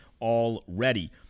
already